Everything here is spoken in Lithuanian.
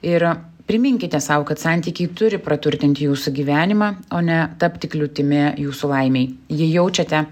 ir priminkite sau kad santykiai turi praturtinti jūsų gyvenimą o ne tapti kliūtimi jūsų laimei jei jaučiate